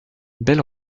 belle